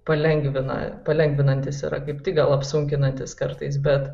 palengvina palengvinantys yra kaip tik gal apsunkinantys kartais bet